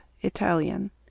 Italian